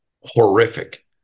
horrific